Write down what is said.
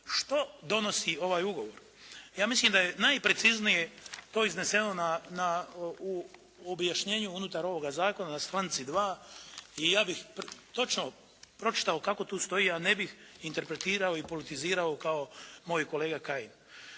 što donosi ovaj ugovor? Ja mislim da je najpreciznije to izneseno na, u objašnjenju ovoga zakona na stranici 2. I ja bih točno pročitao kako tu stoji, ja ne bih interpretirao i politizirao kao moj kolega Kajin.